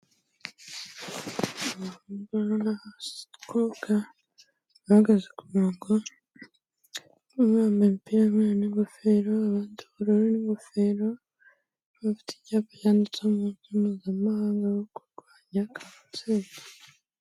Abahungu n'abakobwa bahagaze ku murongo, bamwe bambaye umupira w'umweru n'ingofero, abandi ubururu n'ingofero, bafite ibyapa byanditseho umunsi mpuzamahanga wo kurwanya kanseri.